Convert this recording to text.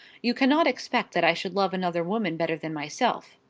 you cannot expect that i should love another woman better than myself.